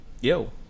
yo